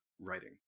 writing